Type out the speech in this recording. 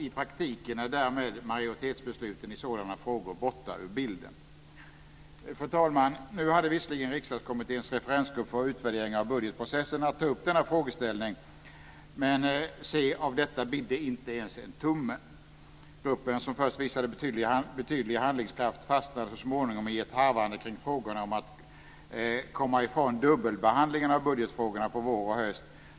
I praktiken är därmed majoritetsbesluten i sådana frågor borta ur bilden. Fru talman! Nu hade visserligen Riksdagskommitténs referensgrupp för utvärdering av budgetprocessen att ta upp denna frågeställning, men se av detta bidde inte ens en tumme. Gruppen som först visade betydlig handlingskraft fastnade så småningom i ett harvande kring frågorna om att komma ifrån dubbelbehandlingen av budgetfrågorna på vår och höst.